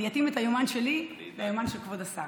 אני אתאים את היומן שלי ליומן של כבוד השר.